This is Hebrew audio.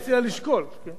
אני מציע לשקול, כן?